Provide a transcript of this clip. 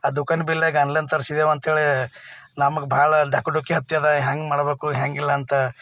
ಆ ದುಖಾನ್ ಭೀ ಇಲ್ಲಗಾ ಆನ್ಲೈನ್ ತರ್ಸಿದ್ದೆವು ಅಂತ ಹೇಳಿ ನಮ್ಗೆ ಭಾಳ ಡಾಕುದುಕಿ ಹತ್ಯದಾ ಹೆಂಗೆ ಮಾಡಬೇಕು ಹೆಂಗೆ ಇಲ್ಲ ಅಂತ